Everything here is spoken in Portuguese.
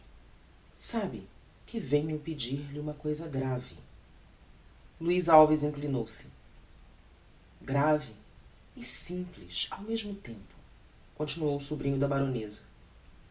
sabe que venho pedir-lhe uma cousa grave luiz alves inclinou-se grave e simples ao mesmo tempo continuou o sobrinho da baroneza